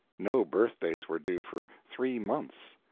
no birthdays were due for three months.